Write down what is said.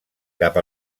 cap